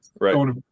Right